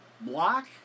block